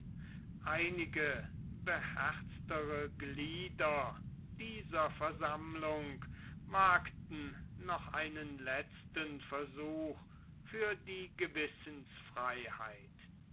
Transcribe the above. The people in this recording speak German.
einige beherztere glieder dieser versammlung wagten noch einen letzten versuch für die gewissensfreiheit